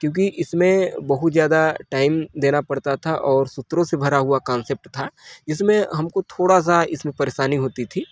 क्योंकि इसमें अ बहुत ज्यादा टाइम देना पड़ता था और सूत्रों से भरा हुआ कॉन्सेप्ट था इसमें हमको थोड़ा सा इसमें परेशानी होती थी